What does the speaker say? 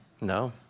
No